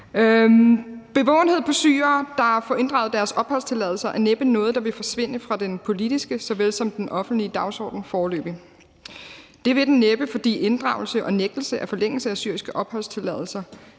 Bevågenhed på syrere, der får inddraget deres opholdstilladelse, er næppe noget, der vil forsvinde fra den politiske såvel som den offentlige dagsorden foreløbig. Det vil den næppe, fordi inddragelse og nægtelse af forlængelse af syriske opholdstilladelser